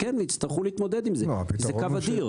וכן, יצטרכו להתמודד עם זה כי זה קו אדיר.